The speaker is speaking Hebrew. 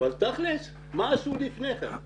אבל תכלס, מה עשו לפני כן?